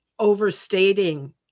overstating